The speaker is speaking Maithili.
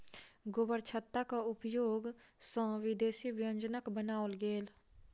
गोबरछत्ताक उपयोग सॅ विदेशी व्यंजनक बनाओल गेल